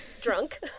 drunk